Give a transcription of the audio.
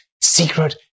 secret